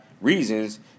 Reasons